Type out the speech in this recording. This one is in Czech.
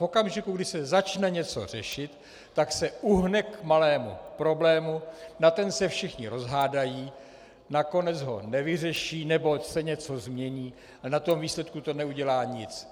V okamžiku, kdy se začne něco řešit, tak se uhne k malému problému, na ten se všichni rozhádají, nakonec ho nevyřeší, nebo se něco změní, a na tom výsledku to neudělá nic.